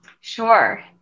Sure